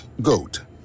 GOAT